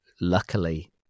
luckily